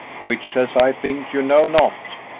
which, as i think, you know not.